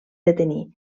detenir